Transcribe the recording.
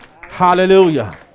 Hallelujah